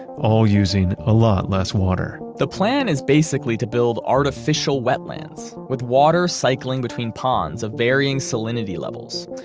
all using a lot less water the plan is basically to build artificial wetlands, with water cycling between ponds of varying salinity levels,